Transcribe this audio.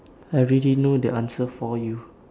I already know the answer for you